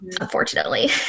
unfortunately